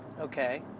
Okay